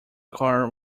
car